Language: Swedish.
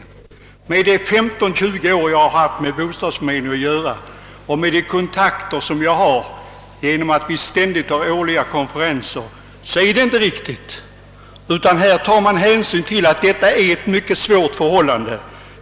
Efter de 15—20 år som jag haft med bostadsförmedlingen att göra och ger nom de kontakter jag får vid årliga konferenser, kan jag vitsorda att det inte är riktigt att ensamstående missgynnas. Man tar hänsyn till de ensamståendes svåra bostadsförhållanden.